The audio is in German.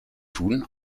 tun